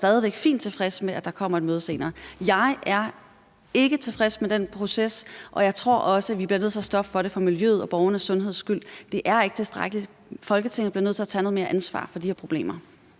stadig væk fint tilfreds med, at der kommer et møde senere. Jeg er ikke tilfreds med den proces, og jeg tror også, vi bliver nødt til at stå op for det for miljøets og borgernes sundheds skyld. Det er ikke tilstrækkeligt. Folketinget bliver nødt til at tage noget mere ansvar for de her problemer.